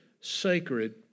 sacred